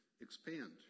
expand